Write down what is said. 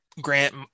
grant